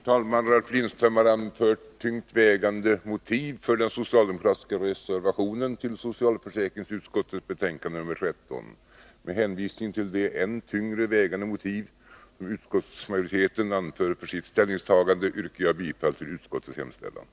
Socialförsäkringsutskottets betänkanden 2 och 3 kommer att behandlas i tur och ordning. Voteringarna äger rum i ett sammanhang efter avslutad debatt. Först upptas alltså socialförsäkringsutskottets betänkande 2 om vissa handikappfrågor.